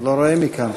לא רואה מכאן,